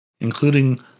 including